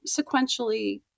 sequentially